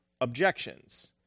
objections